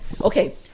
Okay